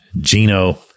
Gino